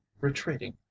retreating